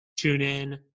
TuneIn